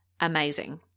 Amazing